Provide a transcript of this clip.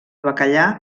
bacallà